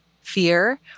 fear